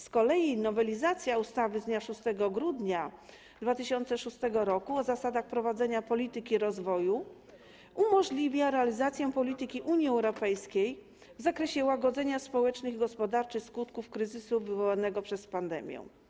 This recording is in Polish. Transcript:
Z kolei nowelizacja ustawy z dnia 6 grudnia 2006 r. o zasadach prowadzenia polityki rozwoju umożliwia realizację polityki Unii Europejskiej w zakresie łagodzenia społecznych i gospodarczych skutków kryzysu wywołanego przez pandemię.